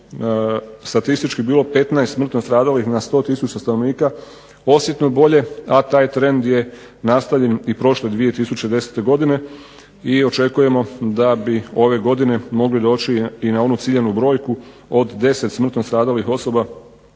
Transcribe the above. je statistički bilo 15 smrtno stradalih na 100 tisuća stanovnika, osjetno bolje a taj trend je nastavljen i prošle 2010. godine i očekujemo da bi ove godine mogli doći i na ciljanu brojku od 10 smrtno stradalih osoba